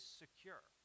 secure